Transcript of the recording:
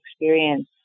experience